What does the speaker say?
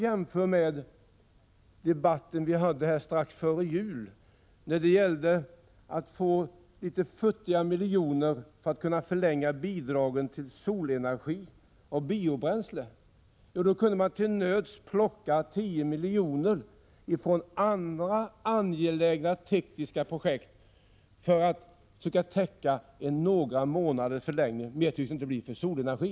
Jämför vi med den debatt som riksdagen förde strax före jul om att anslå några futtiga miljoner för att förlänga bidragen till solenergi och biobränsle, kan vi konstatera att det då gick att till nöds plocka 10 milj.kr. från andra angelägna tekniska projekt för att försöka täcka några månaders förlängning avseende solenergi — och mer tycks det inte bli.